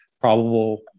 probable